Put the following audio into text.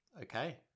Okay